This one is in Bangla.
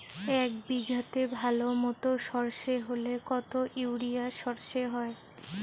এক বিঘাতে ভালো মতো সর্ষে হলে কত ইউরিয়া সর্ষে হয়?